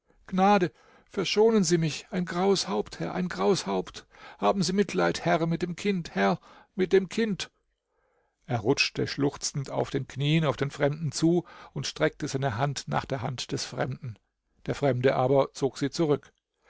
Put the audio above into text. gnade verschonen sie mich ein graues haupt herr ein graues haupt haben sie mitleid herr mit dem kind herr mit dem kind er rutschte schluchzend auf den knien auf den fremden zu und streckte seine hand nach der hand des fremden der fremde aber zog sie zurück